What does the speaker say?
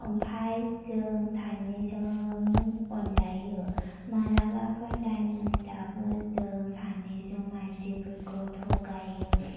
ओमफ्राय जों सानैजों अनलायो मालाबाफोर दाय मोनब्लाबो जों सानैजों मानसिफोरखौ थ'गायो